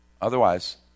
Otherwise